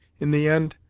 in the end,